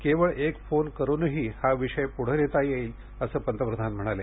केवळ एक फोन करूनही हा विषय प्ढे नेता येईल असे पंतप्रधान म्हणाले